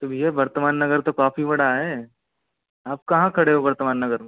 तो भैया वर्तमान नगर तो काफ़ी बड़ा है आप कहाँ खड़े हो वर्तमान नगर में